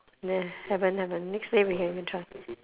haven't haven't next day we can go and try